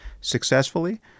successfully